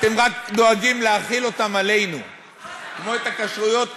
אתם רק דואגים להחיל אותם עלינו, כמו את הכשרויות.